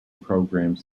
programs